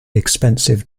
expensive